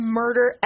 murder